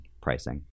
pricing